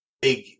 Big